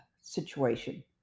situation